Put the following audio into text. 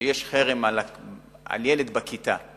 שיש חרם על ילד בכיתה,